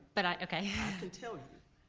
but i, okay. i could tell you.